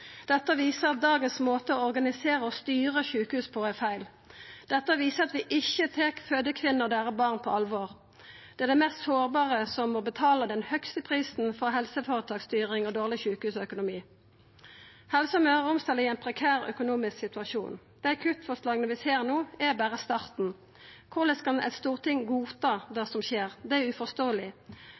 Dette viser at dagens måte å organisera og styra sjukehus på er feil. Dette viser at vi ikkje tar fødande kvinner og barna deira på alvor. Det er dei mest sårbare som må betala den høgaste prisen for helseføretaksstyring og dårleg sjukehusøkonomi. Helse Møre og Romsdal er i ein prekær økonomisk situasjon. Dei kuttforslaga vi ser no, er berre starten. Korleis kan Stortinget godta det som skjer? Det er